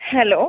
hello